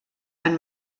han